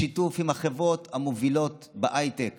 בשיתוף עם החברות המובילות בהייטק